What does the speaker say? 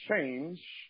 change